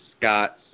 Scott's